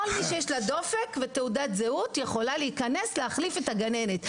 כל מי שיש לה דופק ותעודת זהות יכולה להיכנס ולהחליף את הגננת.